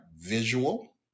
visual